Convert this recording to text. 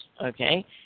okay